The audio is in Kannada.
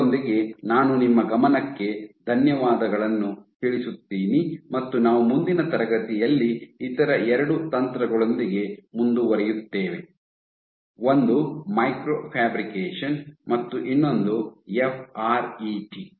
ಅದರೊಂದಿಗೆ ನಾನು ನಿಮ್ಮ ಗಮನಕ್ಕೆ ಧನ್ಯವಾದಗಳನ್ನು ತಿಳಿಸುತ್ತೀನಿ ಮತ್ತು ನಾವು ಮುಂದಿನ ತರಗತಿಯಲ್ಲಿ ಇತರ ಎರಡು ತಂತ್ರಗಳೊಂದಿಗೆ ಮುಂದುವರಿಯುತ್ತೇವೆ ಒಂದು ಮೈಕ್ರೋ ಫ್ಯಾಬ್ರಿಕೇಶನ್ ಮತ್ತು ಇನ್ನೊಂದು ಎಫ್ ಆರ್ ಇ ಟಿ